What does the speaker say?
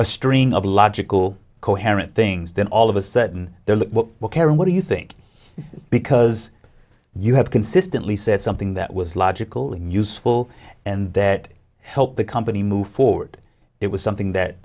a string of logical coherent things then all of a sudden they're look what will care what do you think because you have consistently said something that was logical in useful and that helped the company move forward it was something that